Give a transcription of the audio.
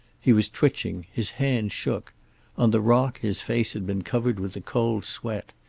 he was twitching, his hands shook on the rock his face had been covered with a cold sweat.